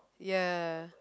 ya